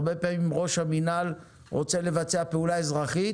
הרבה פעמים ראש המינהל רוצה לבצע פעולה אזרחית